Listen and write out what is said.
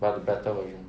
but the better version